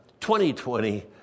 2020